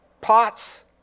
pots